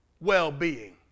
well-being